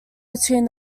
between